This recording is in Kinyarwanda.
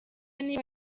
niba